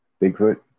bigfoot